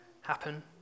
happen